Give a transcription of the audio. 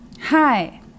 Hi